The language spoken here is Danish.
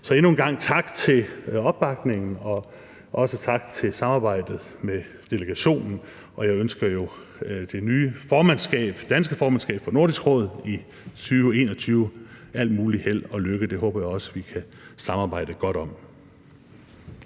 Så endnu en gang tak for opbakningen, og også tak for samarbejdet til delegationen. Og jeg ønsker jo det nye danske formandskab for Nordisk Råd i 2021 al mulig held og lykke – det håber jeg også at vi kan samarbejde godt om.